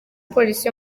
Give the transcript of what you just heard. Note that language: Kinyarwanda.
polisi